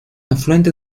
afluente